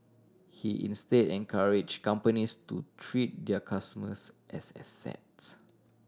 he instead encourage companies to treat their customers as assets